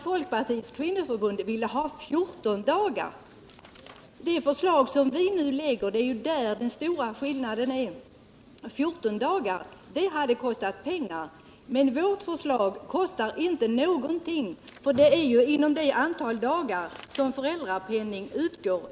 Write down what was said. Folkpartiets kvinnoförbund ville ha 14 dagar. Den reformen hade kostat pengar, men vårt förslag i dag kostar inte någonting, för det ligger inom det antal dagar som föräldrapenning utgår.